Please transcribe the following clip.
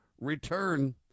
return